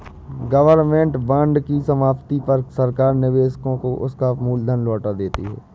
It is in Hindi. गवर्नमेंट बांड की समाप्ति पर सरकार निवेशक को उसका मूल धन लौटा देती है